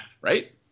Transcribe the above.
right